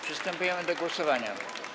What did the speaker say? Przystępujemy do głosowania.